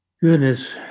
Goodness